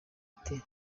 ati